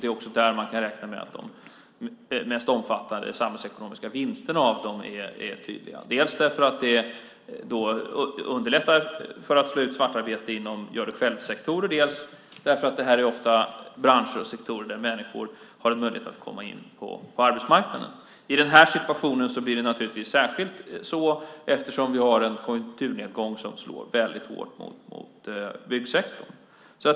Det är också där man kan räkna med att de mest omfattande av de samhällsekonomiska vinsterna av dem är tydligast, dels därför att detta underlättar för att slå ut svartarbete inom gör-det-själv-sektorer, dels därför att det här ofta är branscher och sektorer där människor har en möjlighet att komma in på arbetsmarknaden. I den här situationen blir detta särskilt tydligt eftersom vi har en konjunkturnedgång som slår så hårt mot byggsektorn.